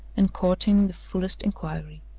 and courting the fullest inquiry.